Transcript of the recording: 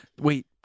Wait